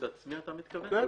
הוא מאוד ברור.